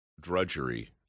drudgery